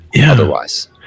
Otherwise